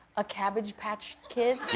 a cabbage patch kid?